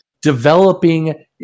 developing